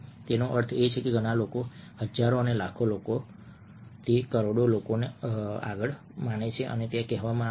તેનો અર્થ એ છે કે ઘણા લોકો હજારો અને લાખો લોકો કરોડો લોકો માને છે જે ત્યાં કહેવામાં આવે છે